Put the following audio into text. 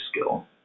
skill